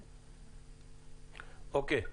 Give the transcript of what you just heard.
אוקיי.